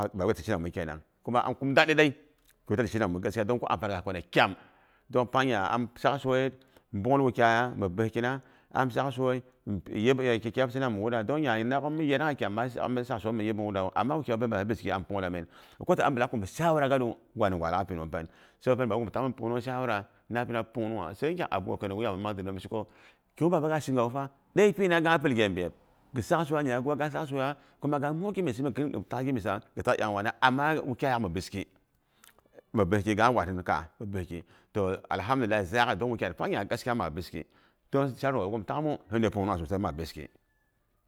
Ki giwa baba ti shenamu kenang, kuma am ngum dadi dei. Tok gwa amfanina kwa na sosai. Tok pangnya am sak soi yet bung'ul wukyaya mi bəkina, am sak soi, yep ki kyabsina mi wura dong nya naak'ghom yanagha sosai nya min yanangha mi sak soil min yip mu wura wu. Amma wukyaiyom ma pi biski am punguwa min. Ghi kwa ta amɓilak bi kum shawara gat du. Ngwani gwa alak pinung pen. Sabo pen baba ghoni ta'ghini pungnung shawara na am pina punghnungha. Sai ngyak abokanei gu min mang ziriu sheko, kigu baba gaak sheyawu pa deipina, kang ga pil ghe myep. Ghi sak so iya nya ghiwa ga sak soya, kuma ga muk gimyes giri tak iyaangwane, amma wukyayaak mi biski, mi biski kangha wa hin kaa. Toh alhamdulillahi dong wukyaiyet pangnya gaskiya maa biski. Toh shawara babaghom tak'ghmu punungha sosai mang biski